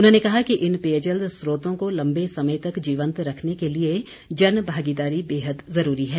उन्होंने कहा कि इन पेयजल स्रोतों को लम्बे समय तक जीवंत रखने के लिए जन भागीदारी बेहद जुरूरी है